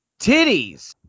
titties